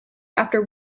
after